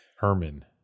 Herman